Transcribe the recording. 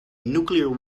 nuclear